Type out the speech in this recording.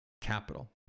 Capital